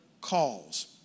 calls